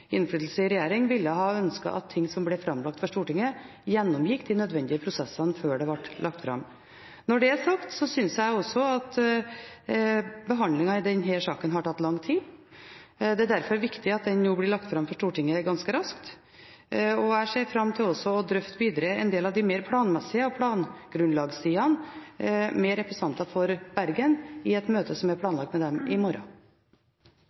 innflytelse i regjering, ville ha ønsket at sakene som ble framlagt for Stortinget, gjennomgikk de nødvendige prosessene før de ble lagt fram. Når det er sagt, syns jeg også at behandlingen av denne saken har tatt lang tid. Det er derfor viktig at den nå blir lagt fram for Stortinget ganske raskt. Jeg ser fram til også å drøfte videre de mer planmessige sidene, plangrunnlaget, med representanter fra Bergen i et møte som er planlagt med dem i morgen.